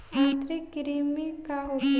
आंतरिक कृमि का होखे?